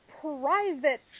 private